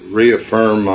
reaffirm